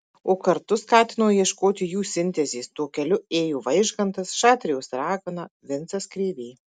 o kartu skatino ieškoti jų sintezės tuo keliu ėjo vaižgantas šatrijos ragana vincas krėvė